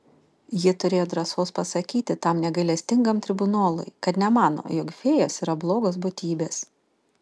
ji turėjo drąsos pasakyti tam negailestingam tribunolui kad nemano jog fėjos yra blogos būtybės